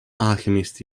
alchemist